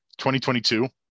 2022